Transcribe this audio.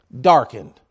darkened